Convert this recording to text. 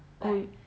oh